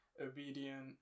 obedient